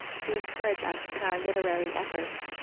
to encourage us in our literary efforts,